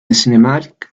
cinematic